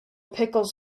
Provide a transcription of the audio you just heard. pickles